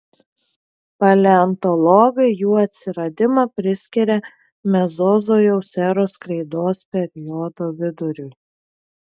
paleontologai jų atsiradimą priskiria mezozojaus eros kreidos periodo viduriui